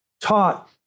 taught